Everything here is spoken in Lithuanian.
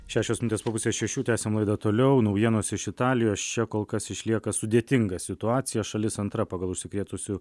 šešios minutės po pusės šešių tęsiam laidą toliau naujienos iš italijos čia kol kas išlieka sudėtinga situacija šalis antra pagal užsikrėtusiųjų